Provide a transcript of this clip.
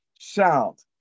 Shout